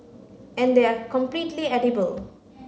and they are completely edible